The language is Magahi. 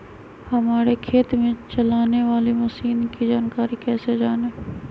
हमारे खेत में चलाने वाली मशीन की जानकारी कैसे जाने?